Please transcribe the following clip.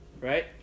right